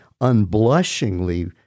unblushingly